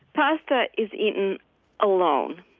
pasta is eaten alone.